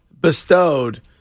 bestowed